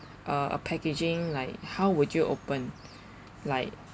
uh a packaging like how would you open like